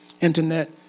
internet